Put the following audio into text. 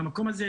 מהמקום הזה,